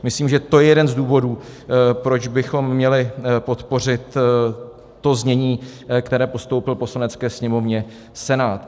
Myslím, že to je jeden z důvodů, proč bychom měli podpořit znění, které postoupil Poslanecké sněmovně Senát.